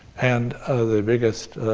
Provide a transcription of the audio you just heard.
and the biggest